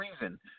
reason